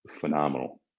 phenomenal